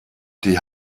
die